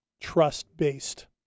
trust-based